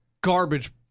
garbage